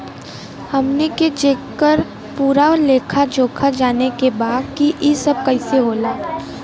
हमनी के जेकर पूरा लेखा जोखा जाने के बा की ई सब कैसे होला?